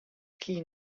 kij